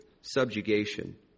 subjugation